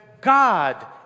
God